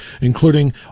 including